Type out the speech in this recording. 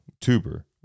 tuber